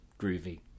groovy